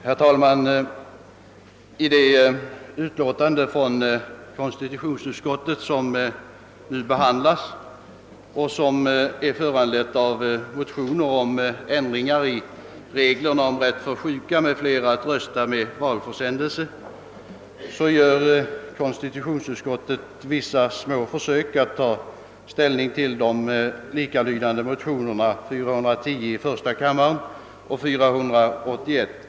Herr talman! I det utlåtande från konstitutionsutskottet som nu behandlas och som är föranlett av motioner om ändringar i reglerna om rätt för sjuka m.fl. att rösta med valsedelsförsändelse gör utskottet vissa små försök att ta ställning till de likalydande motionerna I: 410 och II: 481.